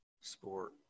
sport